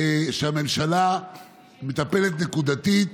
שהממשלה מטפלת נקודתית,